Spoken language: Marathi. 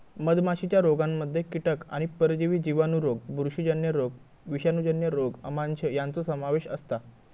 मधमाशीच्या रोगांमध्ये कीटक आणि परजीवी जिवाणू रोग बुरशीजन्य रोग विषाणूजन्य रोग आमांश यांचो समावेश असता